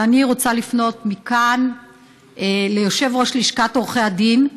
אבל אני רוצה לפנות מכאן ליושב-ראש לשכת עורכי הדין,